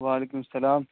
وعلیکم السلام